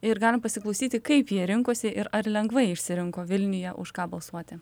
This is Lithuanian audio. ir galim pasiklausyti kaip jie rinkosi ir ar lengvai išsirinko vilniuje už ką balsuoti